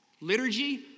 Liturgy